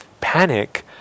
panic